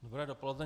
Dobré dopoledne.